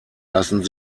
lassen